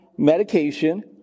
Medication